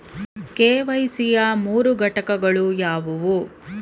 KYC ಯ ಮೂರು ಘಟಕಗಳು ಯಾವುವು?